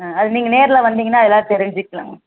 ஆ அது நீங்கள் நேரில் வந்திங்கன்னா எல்லாம் தெரிஞ்சிக்கலாம்